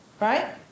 right